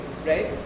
Right